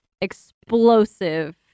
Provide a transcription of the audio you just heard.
explosive